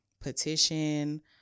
petition